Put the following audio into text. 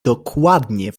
dokładnie